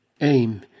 aim